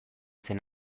zen